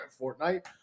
Fortnite